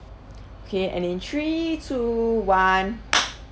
okay and in three two one